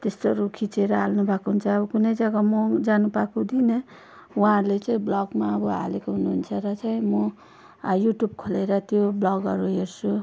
त्यस्तोहरू खिचेर हाल्नु भएको हुन्छ कुनै जग्गा म पनि जानु पाएको हुँदिनँ उहाँहरूले चाहिँ भ्लगमा अब हालेको हुनुहुन्छ र चाहिँ म युट्युब खोलेर त्यो भ्लगहरू हेर्छु